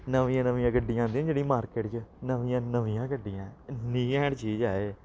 नमियां नमियां गड्डियां आंदियां न जेह्ड़ियां मार्किट च नमियां नमियां गड्डियां इन्नी कैंट चीज ऐ एह्